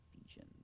Ephesians